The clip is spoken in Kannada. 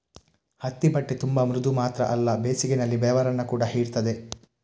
ಹತ್ತಿ ಬಟ್ಟೆ ತುಂಬಾ ಮೃದು ಮಾತ್ರ ಅಲ್ಲ ಬೇಸಿಗೆನಲ್ಲಿ ಬೆವರನ್ನ ಕೂಡಾ ಹೀರ್ತದೆ